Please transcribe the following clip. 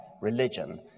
religion